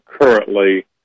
currently